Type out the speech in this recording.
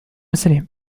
السليم